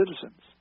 citizens